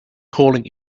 calling